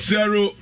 Zero